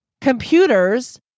computers